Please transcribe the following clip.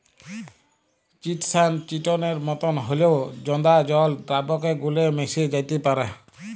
chitosan চিটনের মতন হঁল্যেও জঁদা জল দ্রাবকে গুল্যে মেশ্যে যাত্যে পারে